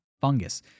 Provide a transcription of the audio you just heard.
fungus